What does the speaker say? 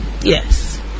Yes